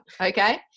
okay